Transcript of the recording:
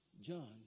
John